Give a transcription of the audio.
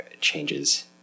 changes